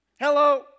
Hello